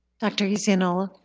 dr. ezeanolue?